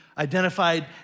identified